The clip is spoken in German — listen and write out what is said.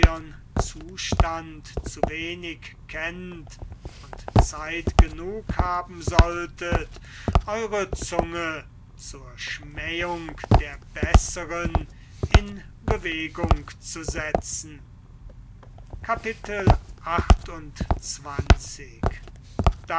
zustand zu wenig kennt und zeit genug haben solltet eure zunge zur schmähung der besseren in bewegung zu setzen